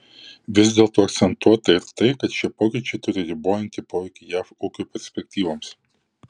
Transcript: vis dėlto akcentuota ir tai kad šie pokyčiai turi ribojantį poveikį jav ūkio perspektyvoms